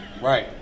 Right